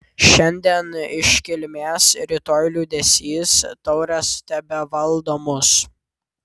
šiandien iškilmės rytoj liūdesys taurės tebevaldo mus